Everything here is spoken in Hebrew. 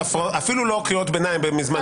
אפילו לא קריאות ביניים בהצהרות פתיחה.